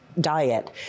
Diet